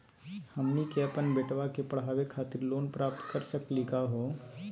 हमनी के अपन बेटवा क पढावे खातिर लोन प्राप्त कर सकली का हो?